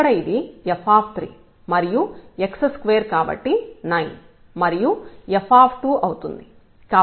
ఇక్కడ ఇది f మరియు x2 కాబట్టి 9 మరియు f అవుతుంది